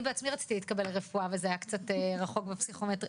אני בעצמי רציתי להתקבל לרפואה אבל זה היה קצת רחוק בפסיכומטרי,